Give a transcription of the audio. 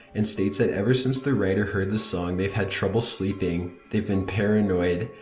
and states that ever since the writer heard the song they've had trouble sleeping, they've been paranoid,